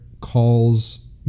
calls